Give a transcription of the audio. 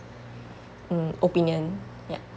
mm opinion yup